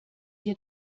dir